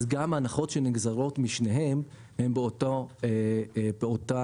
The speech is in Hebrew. אז גם ההנחות שנגזרות משניהם הם באותה פרמה.